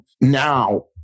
now